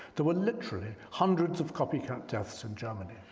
there where literally hundreds of copycat deaths in germany.